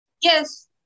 Yes